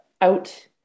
out